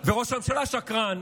וראש הממשלה שקרן